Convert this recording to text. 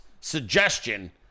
suggestion